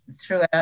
throughout